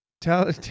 tell